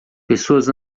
pessoas